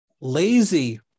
lazy